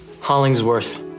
Hollingsworth